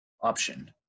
option